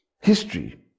history